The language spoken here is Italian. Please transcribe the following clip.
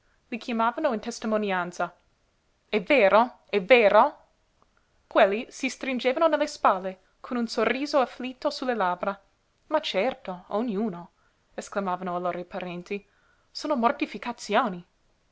i chiamavano in testimonianza è vero è vero quelli si stringevano nelle spalle con un sorriso afflitto su le labbra ma certo ognuno esclamavano allora i parenti sono mortificazioni